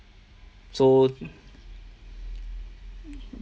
so